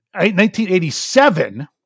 1987